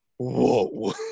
whoa